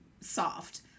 soft